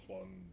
one